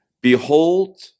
behold